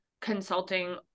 consulting